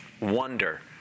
wonder